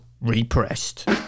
repressed